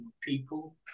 people